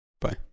Bye